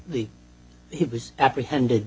the he was apprehended